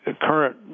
current